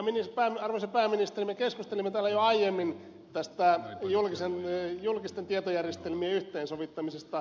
arvoisa pääministeri me keskustelimme täällä jo aiemmin julkisten tietojärjestelmien yhteensovittamisesta